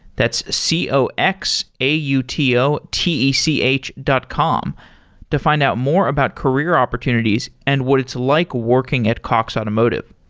that's c o x a u t o t e c h dot com to find out more about career opportunities and what it's like working at cox automotive.